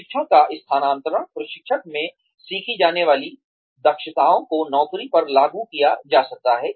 प्रशिक्षण का स्थानांतरण प्रशिक्षण में सीखी जाने वाली दक्षताओं को नौकरियों पर लागू किया जा सकता है